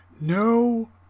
No